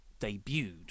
debuted